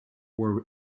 were